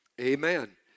amen